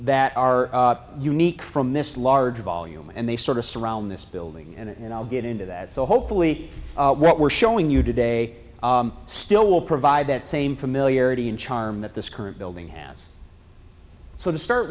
that are unique from this large volume and they sort of surround this building and i'll get into that so hopefully what we're showing you today still will provide that same familiarity and charm that this current building hands so to start